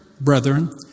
brethren